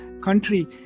country